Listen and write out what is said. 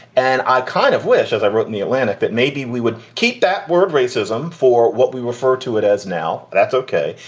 and i kind of wish, as i wrote in the atlantic, that maybe we would keep that word racism for what we refer to it as. now, that's ok.